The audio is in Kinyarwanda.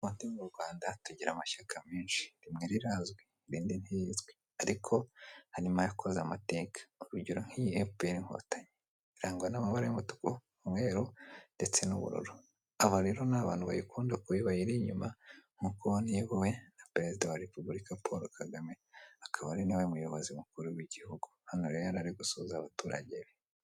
Mu Rwanda tugira amashyaka menshi. Rimwe rirazwi, irindi ntirizwi ariko harimo ayakoze amateka. Urugero nk'iyi Efuperi inkotanyi, irangwa n'amabara y'umutuku, umweru ndetse n'ubururu. Aba rero ni abantu bayikunda kubi bayiri inyuma nk'uko iyobowe na perezida wa repubulika Paul Kagame, akaba ari na we muyobozi mukuru w'igihugu. Hano rero yari ari gusuhuza abaturage be.